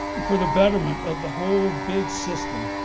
for the betterment of the whole big system